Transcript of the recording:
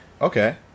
Okay